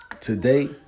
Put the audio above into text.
Today